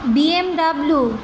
BMW